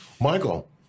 Michael